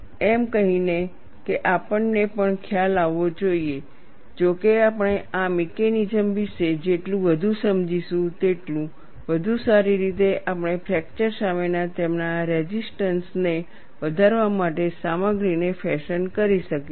એમ કહીને કે આપણને પણ ખ્યાલ આવવો જોઈએ જો કે આપણે આ મિકેનિઝમ્સ વિશે જેટલું વધુ સમજીશું તેટલું વધુ સારી રીતે આપણે ફ્રેકચર સામેના તેમના રેઝિસ્ટન્સને વધારવા માટે સામગ્રીને ફેશન કરી શકીશું